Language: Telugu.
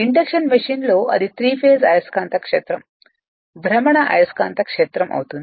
ఇండక్షన్ మెషీన్లో అది త్రీ ఫేస్ అయస్కాంత క్షేత్రం భ్రమణ అయస్కాంత క్షేత్రం అవుతుంది